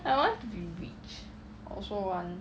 also want